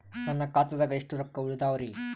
ನನ್ನ ಖಾತಾದಾಗ ಎಷ್ಟ ರೊಕ್ಕ ಉಳದಾವರಿ?